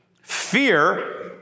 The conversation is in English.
Fear